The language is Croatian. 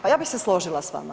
Pa ja bih se složila s vama.